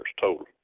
total